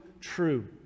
true